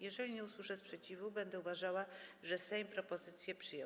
Jeżeli nie usłyszę sprzeciwu, będę uważała, że Sejm propozycję przyjął.